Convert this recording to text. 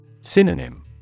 Synonym